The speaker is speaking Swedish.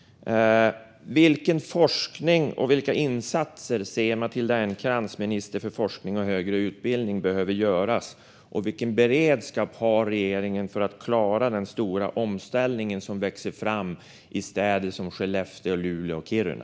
Vilken forskning och vilka insatser anser Matilda Ernkrans, minister för forskning och högre utbildning, behövs, och vilken beredskap har regeringen för att klara den stora omställningen i städer som Skellefteå, Luleå och Kiruna?